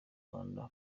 rwanda